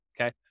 Okay